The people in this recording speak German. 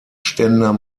ständer